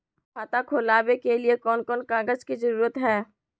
खाता खोलवे के लिए कौन कौन कागज के जरूरत है?